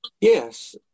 Yes